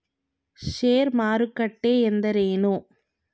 ಷೇರು ಮಾರುಕಟ್ಟೆ ಎಂದರೇನು?